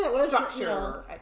Structure